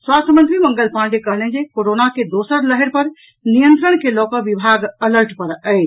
स्वास्थ्य मंत्री मंगल पांडेय कहलनि जे कोरोना के दोसर लहरि पर नियंत्रण के लऽ कऽ विभाग अलर्ट पर अछि